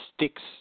sticks